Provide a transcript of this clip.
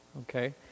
Okay